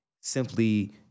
simply